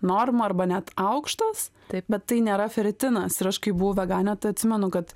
norma arba net aukštas taip bet tai nėra feritinas ir aš kai buvau veganė tai atsimenu kad